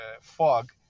fog